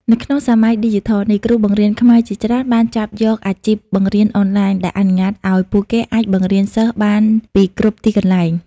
នៅក្នុងសម័យឌីជីថលនេះ គ្រូបង្រៀនខ្មែរជាច្រើនបានចាប់យកអាជីពបង្រៀនអនឡាញ ដែលអនុញ្ញាតឱ្យពួកគេអាចបង្រៀនសិស្សបានពីគ្រប់ទីកន្លែង។